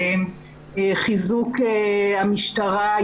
חיזוק המשטרה,